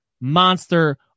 monster